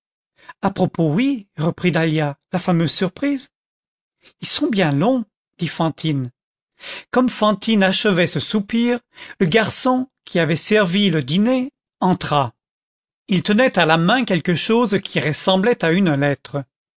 à propos oui reprit dahlia la fameuse surprise ils sont bien longtemps dit fantine comme fantine achevait ce soupir le garçon qui avait servi le dîner entra il tenait à la main quelque chose qui ressemblait à une lettre